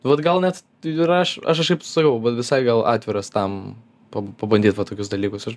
nu vat gal net tai ir aš aš kažkaip sakau va visai gal atviras tam pab pabandyt va tokius dalykus aš